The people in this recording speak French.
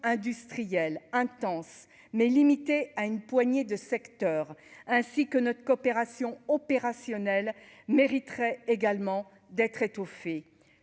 industrielles intense mais limitée à une poignée de secteurs ainsi que notre coopération opérationnelle mériterait également d'être étouffée,